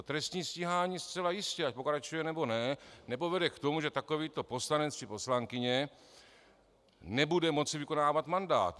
Trestní stíhání zcela jistě ať pokračuje, nebo ne nepovede k tomu, že takovýto poslanec či poslankyně bude moci vykonávat mandát.